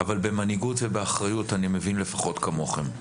אבל במנהיגות ובאחריות אני מבין לפחות כמוכם.